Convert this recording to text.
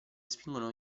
spingono